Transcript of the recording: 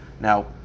now